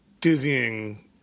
dizzying